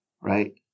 right